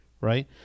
right